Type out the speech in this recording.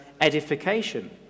edification